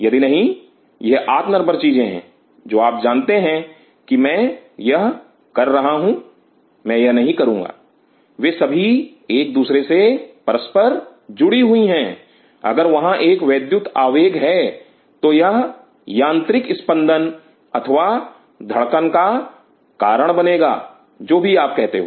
यदि नहीं यह आत्मनिर्भर चीजें हैं जो आप जानते हैं कि मैं यह कर रहा हूं मैं यह नहीं करूंगा वे सभी एक दूसरे से परस्पर जुड़ी हुई हैं अगर वहां एक वैद्युत आवेग है तो यह यांत्रिक स्पंदन अथवा धड़कन का कारण बनेगा जो भी आप कहते हो